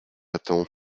attend